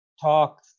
talk